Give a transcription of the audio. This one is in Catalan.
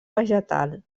vegetal